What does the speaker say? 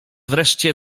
wreszcie